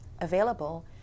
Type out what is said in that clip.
available